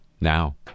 Now